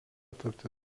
tapti